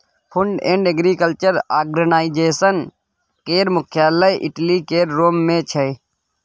food and Agriculture Organisation केर मुख्यालय Italy केर रोम मे छै